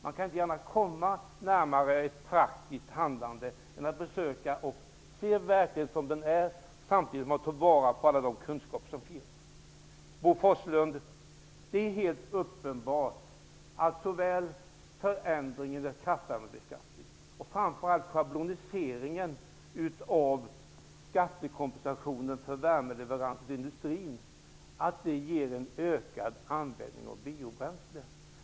Man kan inte gärna komma närmare ett praktiskt handlande än att försöka att se verkligheten som den är, samtidigt som man tar vara på alla de kunskaper som finns. Bo Forslund, det är helt uppenbart att såväl förändringen när det gäller kraftvärmebeskattningen som framför allt schabloniseringen av skattekompensationen för värmeleveranser till industrin ger en ökad användning av biobränsle.